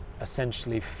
essentially